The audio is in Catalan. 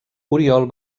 oriol